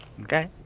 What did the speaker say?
Okay